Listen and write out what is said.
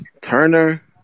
Turner